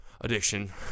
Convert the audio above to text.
addiction